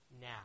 now